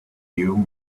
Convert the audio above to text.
you